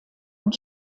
und